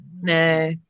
No